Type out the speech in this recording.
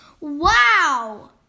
Wow